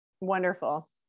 Wonderful